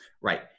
Right